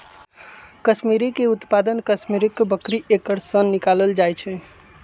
कस्मिरीके उत्पादन कस्मिरि बकरी एकर सन निकालल जाइ छै